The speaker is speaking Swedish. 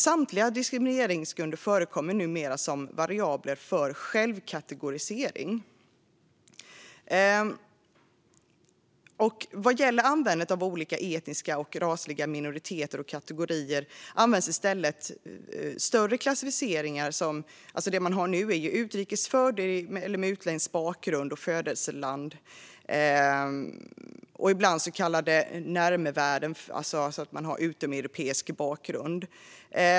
Samtliga diskrimineringsgrunder förekommer numera som variabler för självkategorisering. Vad gäller användandet av olika etniska och rasliga minoriteter som kategorier används i stället större klassificeringar. Det man har nu är utrikesfödd, utländsk bakgrund och födelseland och ibland också så kallade närmevärden såsom utomeuropeisk bakgrund.